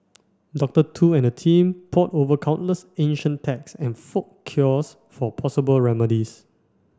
Doctor Tu and her team pored over countless ancient texts and folk cures for possible remedies